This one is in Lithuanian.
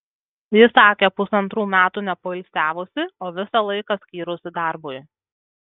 ji sakė pusantrų metų nepoilsiavusi o visą laiką skyrusi darbui